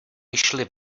vyšly